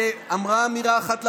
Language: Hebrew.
שאמרה אמירה אחת לבוחר,